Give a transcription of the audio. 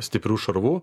stiprių šarvų